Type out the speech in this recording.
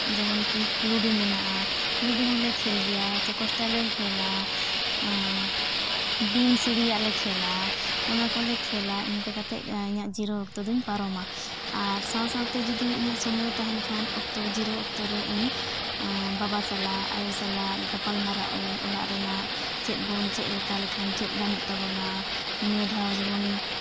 ᱡᱮᱢᱚᱱ ᱠᱤ ᱞᱩᱰᱩ ᱢᱮᱱᱟᱜᱼᱟ ᱞᱩᱰᱩ ᱦᱚᱸᱞᱮ ᱠᱷᱮᱞ ᱜᱮᱭᱟ ᱪᱳᱠᱳᱥᱴᱟ ᱞᱮ ᱠᱷᱮᱞᱼᱟ ᱵᱤᱧ ᱥᱤᱲᱤᱭᱟᱜ ᱞᱮ ᱠᱷᱮᱞᱟ ᱚᱱᱟ ᱠᱚᱠᱮ ᱠᱷᱮᱞᱟ ᱤᱱᱠᱟᱹ ᱠᱟᱛᱮᱫ ᱤᱧᱟᱹᱜ ᱡᱤᱨᱟᱹᱣ ᱚᱠᱛᱚ ᱫᱚᱧ ᱯᱟᱨᱚᱢᱟ ᱟᱨ ᱥᱟᱶ ᱥᱟᱶ ᱛᱮ ᱡᱩᱫᱤ ᱤᱧᱟᱹᱜ ᱥᱚᱢᱚᱭ ᱛᱟᱦᱮᱱ ᱠᱷᱟᱱ ᱡᱤᱨᱟᱹᱣ ᱚᱠᱛᱚ ᱨᱮ ᱤᱧ ᱵᱟᱵᱟ ᱥᱟᱞᱟᱜ ᱟᱭᱳ ᱥᱟᱞᱟᱜ ᱜᱟᱯᱟᱞ ᱢᱟᱨᱟᱜ ᱟᱹᱧ ᱚᱲᱟᱜ ᱨᱮᱱᱟᱜ ᱪᱮᱫ ᱵᱚᱱ ᱪᱮᱫ ᱞᱮᱠᱟ ᱞᱮᱠᱷᱟᱱ ᱪᱮᱫ ᱜᱟᱱᱚᱜ ᱛᱟᱵᱚᱱᱟ ᱱᱤᱭᱟᱹ ᱫᱷᱟᱣ ᱡᱮᱢᱚᱱ